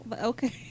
Okay